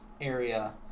area